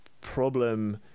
problem